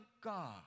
God